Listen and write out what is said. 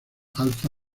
alza